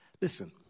Listen